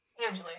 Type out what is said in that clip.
Usually